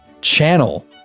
channel